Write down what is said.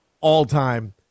all-time